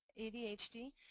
ADHD